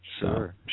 Sure